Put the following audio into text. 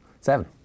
Seven